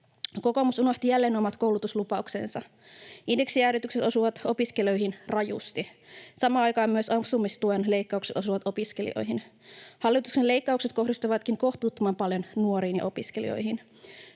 Kokoomus unohti jälleen omat koulutuslupauksensa. Indeksijäädytykset osuvat opiskelijoihin rajusti. Samaan aikaan myös asumistuen leikkaukset osuvat opiskelijoihin. Hallituksen leikkaukset kohdistuvatkin kohtuuttoman paljon nuoriin ja opiskelijoihin.